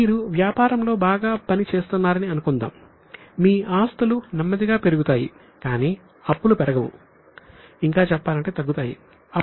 మీరు వ్యాపారంలో బాగా పని చేస్తున్నారని అనుకుందాం మీ ఆస్తులు నెమ్మదిగా పెరుగుతాయి కానీ అప్పులు పెరగవు ఇంకా చెప్పాలంటే తగ్గుతాయి